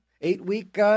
eight-week